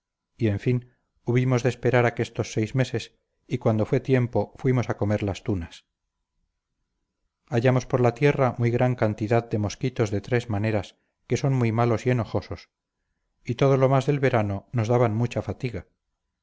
y en fin hubimos de esperar aquestos seis meses y cuando fue tiempo fuimos a comer las tunas hallamos por la tierra muy gran cantidad de mosquitos de tres maneras que son muy malos y enojosos y todo lo más del verano nos daban mucha fatiga